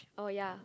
oh ya